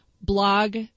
blog